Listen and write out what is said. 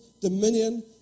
dominion